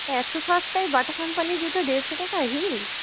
এত সস্তায় বাটা কোম্পানির জুতো দেড়শো টাকায় হিল